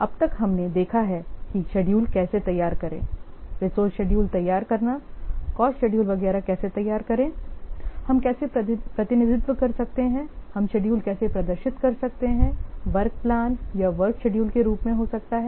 अब तक हमने देखा है कि शेड्यूल कैसे तैयार करें रिसोर्स शेड्यूल तैयार करना कॉस्ट शेड्यूल वगैरह कैसे तैयार करें हम कैसे प्रतिनिधित्व कर सकते हैं हम शेड्यूल कैसे प्रदर्शित कर सकते हैं वर्क प्लान या वर्क शेड्यूल के रूप में हो सकता है